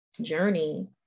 journey